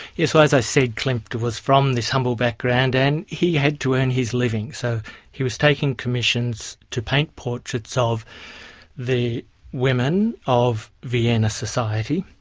yes, so as i said klimt was from this humble background and he had to earn his living, so he was taking commissions to paint portraits of the women of vienna society,